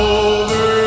over